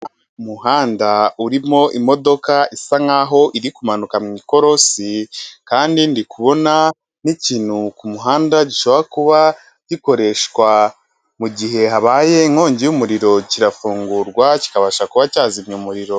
Umuhanda urimo imodoka isa nkaho iri kumanuka mu ikorosi kandi ndikubona n'ikintu ku muhanda gishobora kuba gikoreshwa mu gihe habaye inkongi y'umuriro kirafungurwa kikabasha kuba cyazimya umuriro.